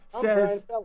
says